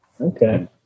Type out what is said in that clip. Okay